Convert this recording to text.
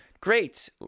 great